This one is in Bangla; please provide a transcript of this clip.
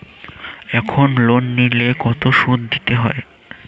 এখন লোন নিলে কত সুদ দিতে হয়?